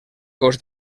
cos